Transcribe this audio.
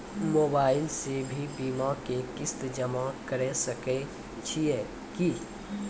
Mobile से भी बीमा के किस्त जमा करै सकैय छियै कि?